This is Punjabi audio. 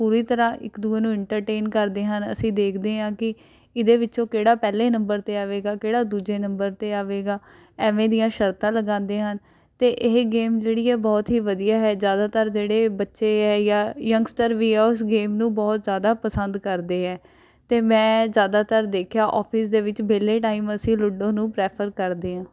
ਪੂਰੀ ਤਰ੍ਹਾਂ ਇੱਕ ਦੂਜੇ ਨੂੰ ਇੰਟਰਟੇਨ ਕਰਦੇ ਹਨ ਅਸੀਂ ਦੇਖਦੇ ਹਾਂ ਕਿ ਇਹਦੇ ਵਿੱਚੋਂ ਕਿਹੜਾ ਪਹਿਲੇ ਨੰਬਰ 'ਤੇ ਆਵੇਗਾ ਕਿਹੜਾ ਦੂਜੇ ਨੰਬਰ 'ਤੇ ਆਵੇਗਾ ਐਵੇਂ ਦੀਆਂ ਸ਼ਰਤਾਂ ਲਗਾਉਂਦੇ ਹਨ ਅਤੇ ਇਹ ਗੇਮ ਜਿਹੜੀ ਹੈ ਬਹੁਤ ਹੀ ਵਧੀਆ ਹੈ ਜ਼ਿਆਦਾਤਰ ਜਿਹੜੇ ਬੱਚੇ ਹੈ ਜਾਂ ਯੰਗਸਟਰ ਵੀ ਹੈ ਉਹ ਇਸ ਗੇਮ ਨੂੰ ਬਹੁਤ ਜ਼ਿਆਦਾ ਪਸੰਦ ਕਰਦੇ ਹੈ ਅਤੇ ਮੈਂ ਜ਼ਿਆਦਾਤਰ ਦੇਖਿਆ ਆਫਿਸ ਦੇ ਵਿੱਚ ਵਿਹਲੇ ਟਾਇਮ ਅਸੀਂ ਲੂਡੋ ਨੂੰ ਪਰੇਫ਼ਰ ਕਰਦੇ ਹਾਂ